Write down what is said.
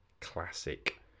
classic